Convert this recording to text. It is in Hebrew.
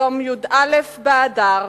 ליום י"א באדר,